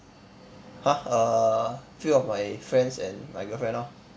!huh! err few of my friends and my girlfriend lor